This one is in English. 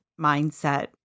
mindset